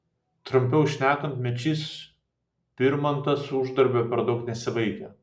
trumpiau šnekant mečys birmantas uždarbio per daug nesivaikė